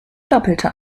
doppelte